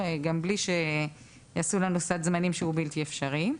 גם בלי שיעשו לנו סד זמנים שהוא בלתי אפשרי.